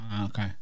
Okay